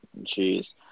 Jeez